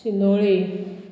शिनोळे